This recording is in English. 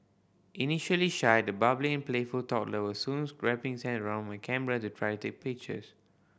initially shy the bubbly and playful toddler was soon wrapping his hands round my camera to try to pictures